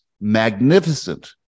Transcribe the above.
magnificent